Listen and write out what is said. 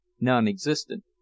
non-existent